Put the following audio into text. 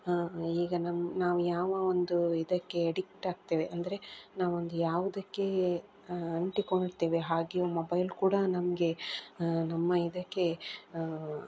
ಈಗ ನಮ್ಮ ನಾವು ಯಾವ ಒಂದು ಇದಕ್ಕೆ ಎಡಿಕ್ಟ್ ಆಗ್ತೇವೆ ಅಂದರೆ ನಾವೊಂದು ಯಾವುದಕ್ಕೆ ಅಂಟಿಕೊಳ್ತೇವೆ ಹಾಗೆಯೇ ಮೊಬೈಲ್ ಕೂಡ ನಮಗೆ ನಮ್ಮ ಇದಕ್ಕೆ